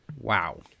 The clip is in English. Wow